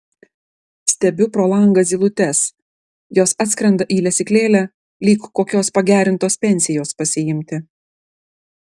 stebiu pro langą zylutes jos atskrenda į lesyklėlę lyg kokios pagerintos pensijos pasiimti